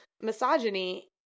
misogyny